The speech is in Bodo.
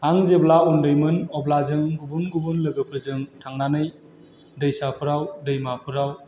आं जेब्ला उन्दैमोन अब्ला जों गुबुन गुबुन लोगोफोरजों थांनानै दैसाफोराव दैमाफोराव